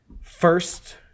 first